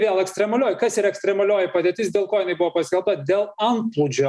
vėl ekstremalioj kas yra ekstremalioji padėtis dėl ko jinai buvo paskelbta dėl antplūdžio